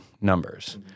numbers